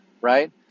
right